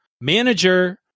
Manager